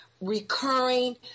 recurring